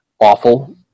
awful